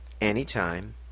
anytime